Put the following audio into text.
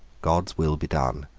god's will be done.